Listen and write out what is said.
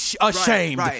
ashamed